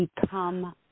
become